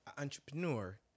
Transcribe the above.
entrepreneur